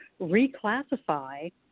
reclassify